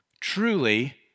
Truly